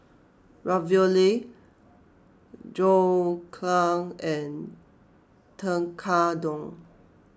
Ravioli Dhokla and Tekkadon